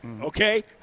Okay